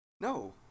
No